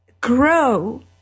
grow